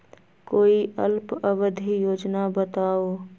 कोई अल्प अवधि योजना बताऊ?